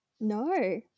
no